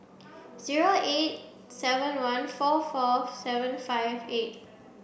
zero eight seven one four four seven five eight